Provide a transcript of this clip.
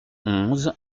onze